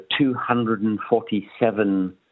247